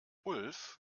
ulf